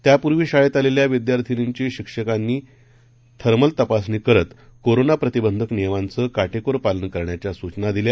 त्यापुर्वीशाळेतआलेल्याविद्यार्थिनींचीशिक्षिकांनीथर्मलतपासणीकरत कोरोनाप्रतिबंधकनियमांचंकाटेकोरपालनकरण्याच्यासूचनादिल्या